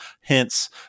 Hence